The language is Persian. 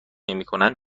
نمیکنند